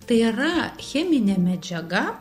tai yra cheminė medžiaga